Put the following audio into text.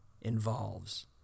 involves